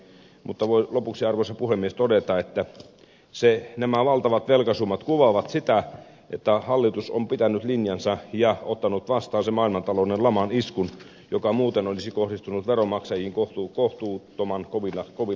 mutta voi lopuksi arvoisa puhemies todeta että nämä valtavat velkasummat kuvaavat sitä että hallitus on pitänyt linjansa ja ottanut vastaan sen maailmantalouden laman iskun joka muuten olisi kohdistunut veronmaksajiin kohtuuttoman kovilla seurauksilla